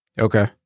Okay